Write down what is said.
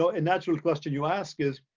a natural question you ask is,